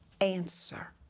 answer